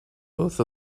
both